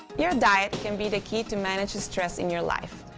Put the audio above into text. your diet can be the key to managing stress in your life,